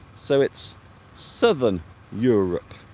so it's southern europe